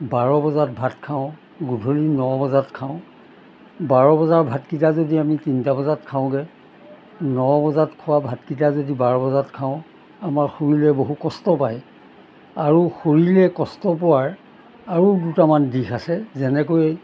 বাৰ বজাত ভাত খাওঁ গধূলি ন বজাত খাওঁ বাৰ বজাৰ ভাতকেইটা যদি আমি তিনিটা বজাত খাওঁগৈ ন বজাত খোৱা ভাতকেইটা যদি বাৰ বজাত খাওঁ আমাৰ শৰীৰে বহু কষ্ট পায় আৰু শৰীৰে কষ্ট পোৱাৰ আৰু দুটামান দিশ আছে যেনেকৈ